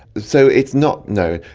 so it's not known.